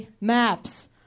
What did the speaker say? maps